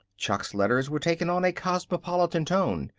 chuck's letters were taking on a cosmopolitan tone.